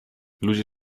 ludzie